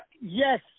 yes